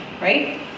right